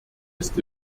ist